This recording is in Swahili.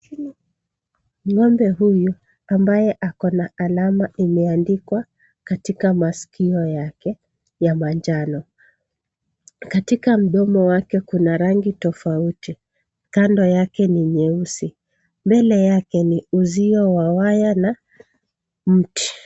Ng’ombe huyu ana alama iliyoandikwa kwenye hereni za manjano zilizowekwa masikioni mwake. Kwenye mdomo wake kuna rangi tofauti, huku sehemu ya kando ikiwa na rangi nyeusi. Mbele yake kuna uzio wa waya